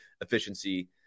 efficiency